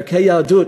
ערכי יהדות,